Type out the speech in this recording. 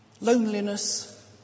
loneliness